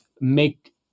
make